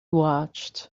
watched